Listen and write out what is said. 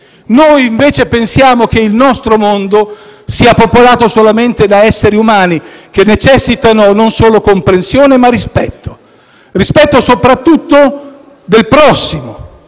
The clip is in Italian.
Noi invece pensiamo che il nostro mondo sia popolato solamente da esseri umani che necessitano, non solo di comprensione, ma di rispetto, soprattutto del prossimo.